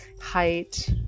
height